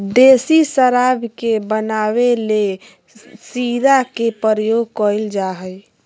देसी शराब के बनावे ले शीरा के प्रयोग कइल जा हइ